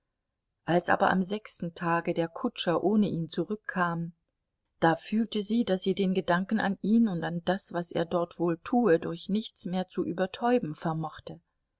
als aber am sechsten tage der kutscher ohne ihn zurückkam da fühlte sie daß sie den gedanken an ihn und an das was er dort wohl tue durch nichts mehr zu übertäuben vermochte